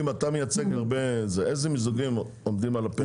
אתה מייצג הרבה, איזה מיזוגים עומדים על הפרק?